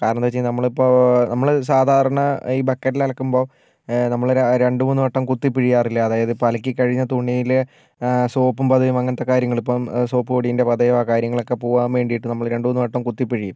കാരണമെന്താ വെച്ചു കഴിഞ്ഞാൽ നമ്മളിപ്പോൾ നമ്മൾ സാധാരണ ഈ ബക്കറ്റിലാകുമ്പോൾ നമ്മൾ രണ്ട് മൂന്ന് വട്ടം കുത്തിപ്പിഴിയാറില്ല അതായത് ഇപ്പോൾ അലക്കിക്കഴിഞ്ഞ തുണിയിൽ സോപ്പും പതയും അങ്ങനത്തെ കാര്യങ്ങളിപ്പോൾ സോപ്പു പൊടിന്റെ പതയോ കാര്യങ്ങളൊക്കെ പോവാൻ വേണ്ടിട്ട് നമ്മൾ രണ്ട് മൂന്ന് വട്ടം കുത്തിപ്പിഴിയും